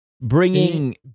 bringing